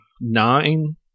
Nine